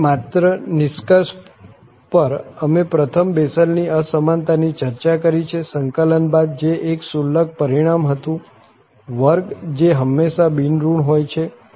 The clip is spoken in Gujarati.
અને માત્ર નિષ્કર્ષ પર અમે પ્રથમ બેસેલની અસમાનતાની ચર્ચા કરી છે સંકલન બાદ જે એક ક્ષુલ્લક પરિણામ હતું વર્ગ જે હંમેશા બિન ઋણ હોય છે